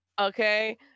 Okay